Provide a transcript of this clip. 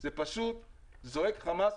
זה פשוט זועק חמס.